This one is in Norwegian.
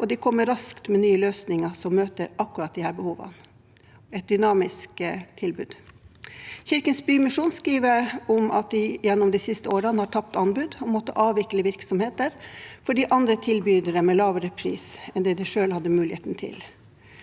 og de kommer raskt med nye løsninger som møter akkurat disse behovene – det er et dynamisk tilbud. Kirkens Bymisjon skriver om at de gjennom de siste årene har tapt anbud og har måttet avvikle virksomheter på bekostning av andre tilbydere med lavere pris enn det de selv hadde muligheten til.